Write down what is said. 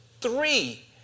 three